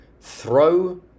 throw